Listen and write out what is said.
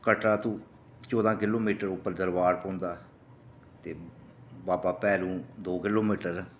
कटरा तूं चौदां किलोमीटर उप्पर दरबार पौंदा ऐ ते बाबा भैरो दौं किलोमीटर